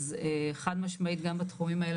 אז חד משמעית גם בתחומים האלה,